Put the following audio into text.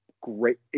great –